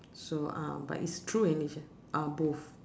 so uh but it's true and ah both